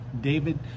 david